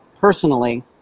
personally